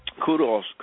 kudos